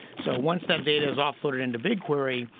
so once that data is offloaded into bigquery,